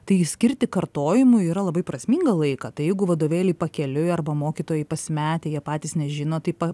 tai skirti kartojimui yra labai prasmingą laiką tai jeigu vadovėliai pakeliui arba mokytojai pasimetę jie patys nežino taip pa